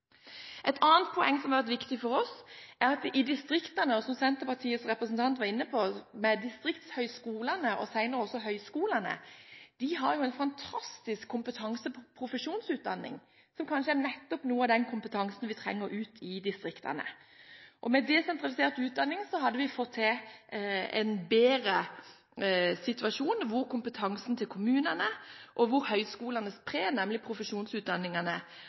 Et annet poeng som har vært viktig for oss, er at distriktene – som Senterpartiets representant var inne på – med distriktshøyskolene, og senere også høyskolene, har en fantastisk kompetanse innen profesjonsutdanning, som kanskje nettopp er noe av den kompetansen vi trenger ute i distriktene. Med en desentralisert utdanning hadde vi fått en bedre situasjon når det gjelder kommunenes kompetanse, og høyskolenes pre, nemlig profesjonsutdanningene,